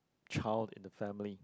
child in the family